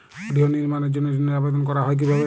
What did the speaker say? গৃহ নির্মাণের জন্য ঋণের আবেদন করা হয় কিভাবে?